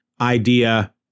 idea